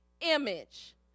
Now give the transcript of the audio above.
image